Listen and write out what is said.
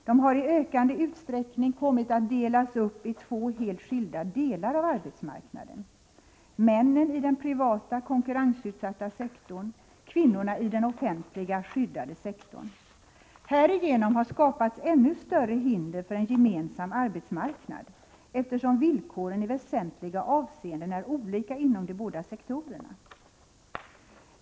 De har i ökande utsträckning kommit att delas upp i två helt skilda delar av arbetsmarknaden — männen i den privata, konkurrensutsatta sektorn, kvinnorna i den offentliga, skyddade sektorn. Härigenom har skapats ännu större hinder för en gemensam arbetsmarknad, eftersom villkoren i väsentliga avseenden är olika inom de båda sektorerna.